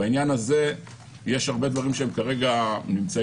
בעניין הזה יש הרבה דברים שכרגע תקולים,